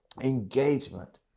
engagement